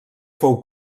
fou